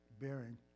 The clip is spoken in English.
bearing